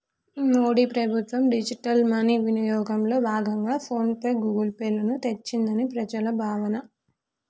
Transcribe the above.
మోడీ ప్రభుత్వం digital money వినియోగంలో భాగంగా ఫోన్ పే, గూగుల్ పే లను తెచ్చిందని ప్రజల భావన